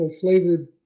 flavored